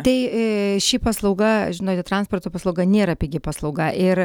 tai ee ši paslauga žinote transporto paslauga nėra pigi paslauga ir